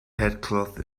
headcloth